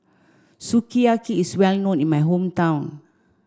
Sukiyaki is well known in my hometown